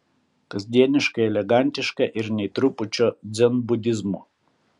kasdieniškai elegantiška ir nė trupučio dzenbudizmo